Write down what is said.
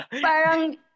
parang